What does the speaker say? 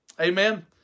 Amen